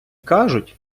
кажуть